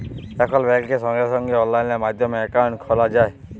এখল ব্যাংকে সঙ্গে সঙ্গে অললাইন মাধ্যমে একাউন্ট খ্যলা যায়